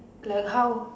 like how